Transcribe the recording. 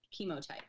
chemotype